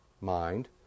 mind